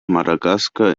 madagaskar